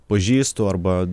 pažįstu arba